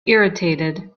irritated